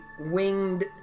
winged